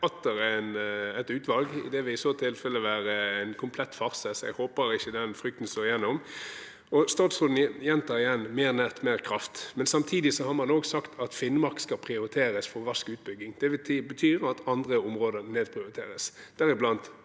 atter et utvalg – det vil i så tilfelle være en komplett farse, så jeg håper ikke den frykten slår gjennom. Statsråden gjentar igjen: mer nett, mer kraft. Samtidig har man sagt at Finnmark skal prioriteres for rask utbygging. Det betyr at andre områder nedprioriteres, deriblant